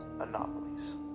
anomalies